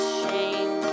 shame